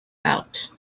out